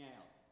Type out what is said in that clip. Out